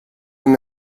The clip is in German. wenn